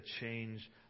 change